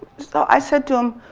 so i said to him,